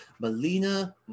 Melina